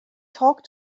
talk